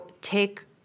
take